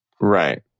Right